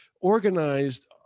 organized